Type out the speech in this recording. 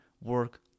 work